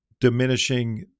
diminishing